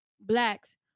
Blacks